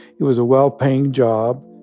it was a well-paying job.